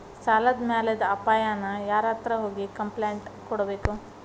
ಸಾಲದ್ ಮ್ಯಾಲಾದ್ ಅಪಾಯಾನ ಯಾರ್ಹತ್ರ ಹೋಗಿ ಕ್ಂಪ್ಲೇನ್ಟ್ ಕೊಡ್ಬೇಕು?